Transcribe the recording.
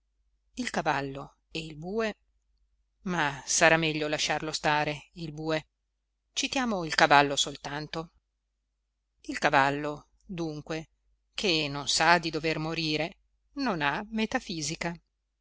il cavallo e il bue ma sarà meglio lasciarlo stare il bue citiamo il cavallo soltanto il cavallo dunque che non sa di dover morire non ha metafisica